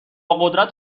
قدرت